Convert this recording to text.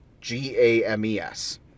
G-A-M-E-S